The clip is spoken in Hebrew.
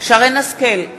שרן השכל,